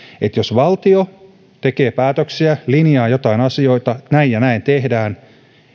että jos valtio tekee päätöksiä linjaa joitain asioita että näin ja näin tehdään